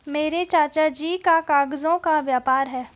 मेरे चाचा जी का कागजों का व्यापार है